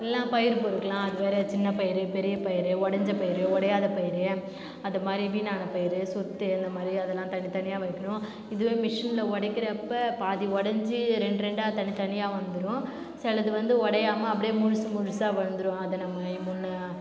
இல்லைனா பயிறு பொறுக்கலாம் சின்ன பயிறு பெரிய பயிறு உடஞ்ச பயிறு உடையாத பயிறு அதை மாதிரி வீணான பயிறு சொத்தே இது மாதிரி தனி தனியாக வைக்கணும் இதுவே மிஷினில் உடக்கிறப்ப பாதி உடஞ்சி ரெண்டடு ரெண்டா தனி தனியாக வந்துரும் சில இது வந்து உடையாம அப்படியே முழுசு முழுசாக வந்துடும் அதை நம்ம